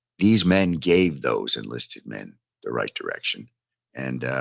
these men gave those enlisted men the right direction and